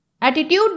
Attitude